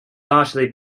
largely